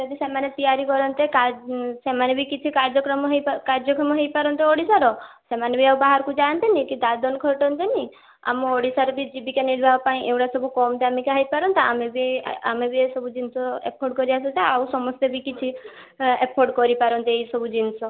ଯଦି ସେମାନେ ତିଆରି କରନ୍ତେ ସେମାନେ ବି କିଛ଼ି କାର୍ଯ୍ୟକ୍ରମ ହୋଇପା କାର୍ଯ୍ୟକ୍ଷମ ହୋଇପାରନ୍ତେ ଓଡ଼ିଶାର ସେମାନେ ବି ଆଉ ବାହାରକୁ ଯାଆନ୍ତେ ନି କି ଦାଦନ ଖଟନ୍ତେ ନି ଆମ ଓଡ଼ିଶାରେ ବି ଜୀବିକା ନିର୍ବାହ ପାଇଁ ଏଉଡ଼ା ସବୁ କମ୍ ଦାମ୍ ହେଇପାରନ୍ତା ଆମେ ବି ଆମେ ବି ଏସବୁ ଜିନିଷ ଏଫର୍ଡ଼ କରିବା କଥା ଆଉ ସମସ୍ତେ ବି କିଛି ଏ ଏଫର୍ଡ କରିପାରନ୍ତେ ଏସବୁ ଜିନିଷ